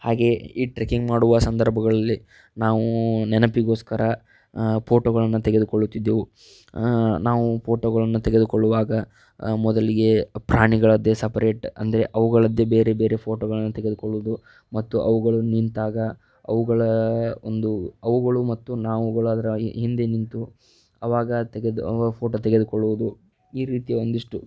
ಹಾಗೆಯೇ ಈ ಟ್ರಕ್ಕಿಂಗ್ ಮಾಡುವ ಸಂದರ್ಭಗಳಲ್ಲಿ ನಾವು ನೆನಪಿಗೋಸ್ಕರ ಪೋಟೋಗಳನ್ನು ತೆಗೆದುಕೊಳ್ಳುತ್ತಿದ್ದೆವು ನಾವು ಫೋಟೋಗಳನ್ನು ತೆಗೆದುಕೊಳ್ಳುವಾಗ ಮೊದಲಿಗೆ ಪ್ರಾಣಿಗಳದ್ದೇ ಸಪರೇಟ್ ಅಂದರೆ ಅವುಗಳದ್ದೇ ಬೇರೆ ಬೇರೆ ಫೋಟೋಗಳನ್ನು ತೆಗೆದುಕೊಳ್ಳುವುದು ಮತ್ತು ಅವುಗಳು ನಿಂತಾಗ ಅವುಗಳ ಒಂದು ಅವುಗಳು ಮತ್ತು ನಾವುಗಳು ಅದರ ಹಿಂದೆ ನಿಂತು ಆವಾಗ ತೆಗೆದು ಆವಾಗ ಫೋಟೋ ತೆಗೆದುಕೊಳ್ಳುವುದು ಈ ರೀತಿಯ ಒಂದಿಷ್ಟು